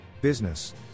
Business